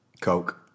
Coke